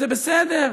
זה בסדר,